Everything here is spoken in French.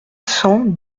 cent